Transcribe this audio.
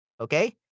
Okay